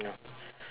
ya